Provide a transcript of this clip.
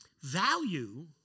Value